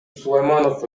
сулайманов